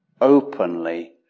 openly